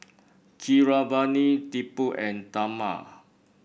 Keeravani Tipu and Tharman